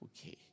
Okay